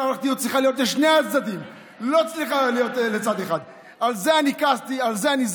לא קראת לו אפילו פעם אחת לסדר כשהוא עומד וצועק,